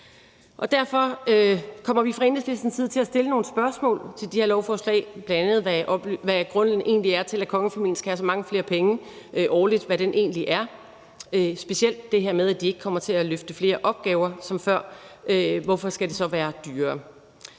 side til at stille nogle spørgsmål til de her lovforslag, bl.a. hvad grunden egentlig er til, at kongefamilien skal have så mange flere penge årligt, specielt det her med, at de ikke kommer til at løfte flere opgaver som før. Hvorfor skal det så være dyrere?